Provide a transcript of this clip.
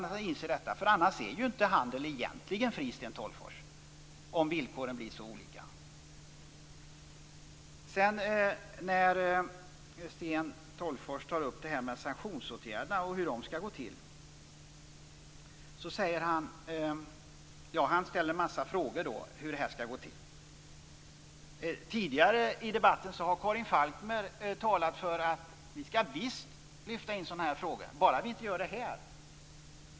Om villkoren blir så olika är handeln egentligen inte fri, Sten Tolgfors. Sten Tolgfors tar upp sanktionsåtgärderna och ställer en massa frågor om hur det skall gå till. Tidigare i debatten har Karin Falkmer talat för att vi skall lyfta in sådana frågor i diskussionen - bara vi inte gör det här.